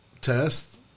test